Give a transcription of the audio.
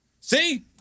See